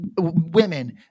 women